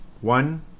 One